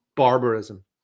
barbarism